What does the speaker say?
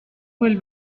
will